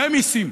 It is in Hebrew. ומיסים.